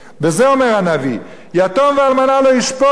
על זה אומר הנביא: יתום ואלמנה לא ישפוטו,